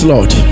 Lord